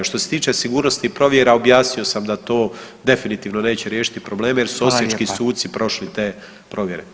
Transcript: Što se tiče sigurnosnih provjera, objasnio sam da to definitivno neće riješiti probleme jer su osječki [[Upadica: Hvala lijepa.]] suci prošli te provjere.